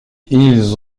ils